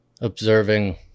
observing